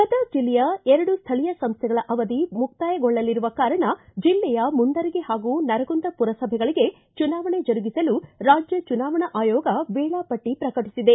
ಗದಗ ಜಿಲ್ಲೆಯ ಎರಡು ಸ್ವಳೀಯ ಸಂಸ್ಟೆಗಳ ಅವಧಿ ಮುಕ್ತಾಯಗೊಳ್ಳಲಿರುವ ಕಾರಣ ಜಿಲ್ಲೆಯ ಮುಂಡರಗಿ ಹಾಗೂ ನರಗುಂದ ಪುರಸಭೆಗಳಿಗೆ ಚುನಾವಣೆ ಜರುಗಿಸಲು ರಾಜ್ಯ ಚುನಾವಣಾ ಆಯೋಗ ವೇಳಾಪಟ್ಟ ಪ್ರಕಟಿಸಿದೆ